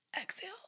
Exhale